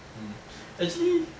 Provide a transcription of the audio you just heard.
mm actually